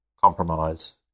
compromise